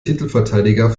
titelverteidiger